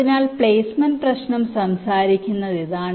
അതിനാൽ പ്ലേസ്മെന്റ് പ്രശ്നം സംസാരിക്കുന്നത് ഇതാണ്